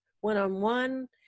one-on-one